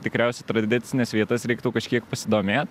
tikriausiai tradicines vietas reiktų kažkiek pasidomėt